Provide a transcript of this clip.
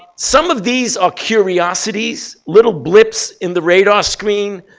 some of these are curiosities, little blips in the radar screen.